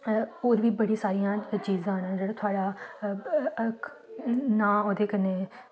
होर बी बड़ी सारी चीज़ां न जेह्ड़ा थुआढ़ा नांऽ ओह्दे कन्नै